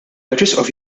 arċisqof